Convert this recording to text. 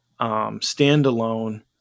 standalone